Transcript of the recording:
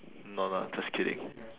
no no I'm just kidding